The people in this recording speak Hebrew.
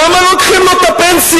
למה לוקחים לו את הפנסיה?